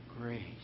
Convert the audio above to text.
grace